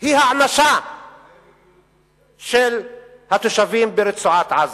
היא הענשה של התושבים ברצועת-עזה.